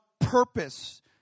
purpose